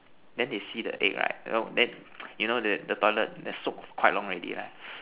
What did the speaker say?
then they see the egg right you know then you know the the toilet that soaks quite long already right